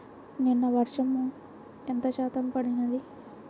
నిన్న వర్షము ఎంత శాతము పడినది?